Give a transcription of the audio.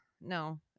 No